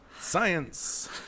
science